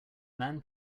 man